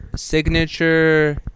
Signature